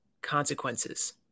consequences